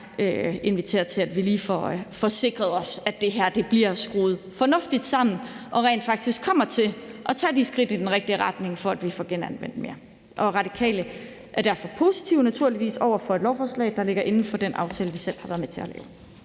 inviterer til, at vi lige får sikret os, at det her bliver skruet fornuftigt sammen, så vi rent faktisk kommer til at tage de skridt i den rigtige retning, for at vi får genanvendt mere. Radikale er naturligvis positive over for et lovforslag, der ligger inden for den aftale, vi selv har været med til at lave.